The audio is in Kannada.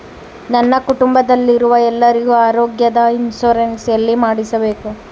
ನನ್ನ ಕುಟುಂಬದಲ್ಲಿರುವ ಎಲ್ಲರಿಗೂ ಆರೋಗ್ಯದ ಇನ್ಶೂರೆನ್ಸ್ ಎಲ್ಲಿ ಮಾಡಿಸಬೇಕು?